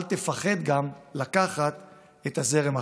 אל תפחד גם לקחת את הזרם אחריך.